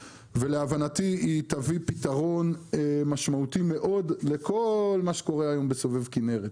ולהבנתי היא תביא פתרון משמעותי מאוד לכל מה שקורה היום בסובב כנרת.